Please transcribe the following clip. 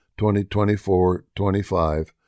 2024-25